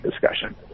discussion